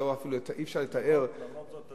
ואפילו אי-אפשר לתאר --- למרות זאת,